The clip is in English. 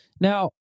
Now